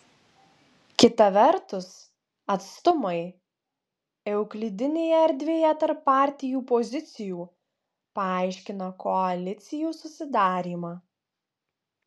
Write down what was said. kita vertus atstumai euklidinėje erdvėje tarp partijų pozicijų paaiškina koalicijų susidarymą